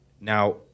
Now